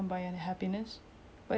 of course and you know it helps a lot